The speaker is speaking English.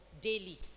daily